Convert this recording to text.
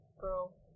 girl